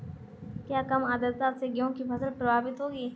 क्या कम आर्द्रता से गेहूँ की फसल प्रभावित होगी?